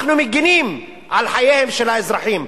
אנחנו מגינים על חיי האזרחים.